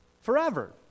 forever